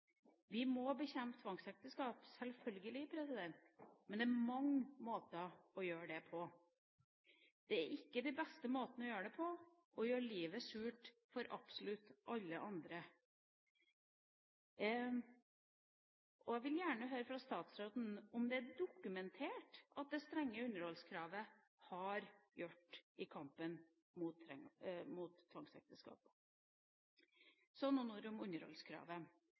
Vi må bekjempe tvangsekteskap, selvfølgelig, men det er mange måter å gjøre det på. Den beste måten å gjøre det på er ikke å gjøre livet surt for absolutt alle andre. Jeg vil gjerne høre fra statsråden om det er dokumentert hva det strenge underholdskravet har gjort i kampen mot tvangsekteskap. Så noen ord om underholdskravet.